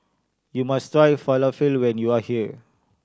you must try Falafel when you are here